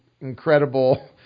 incredible